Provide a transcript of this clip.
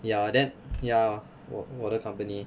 ya then ya 我我的 company